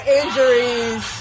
injuries